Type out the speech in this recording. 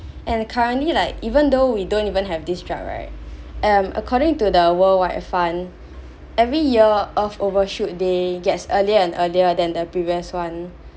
and currently like even though we don't even have this drug right and according to the worldwide fund every year earth overshoot day gets earlier and earlier than the previous one